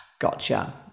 Gotcha